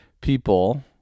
people